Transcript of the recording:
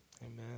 Amen